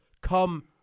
come